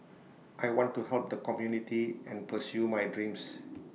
I want to help the community and pursue my dreams